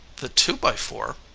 the two-by-four?